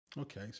Okay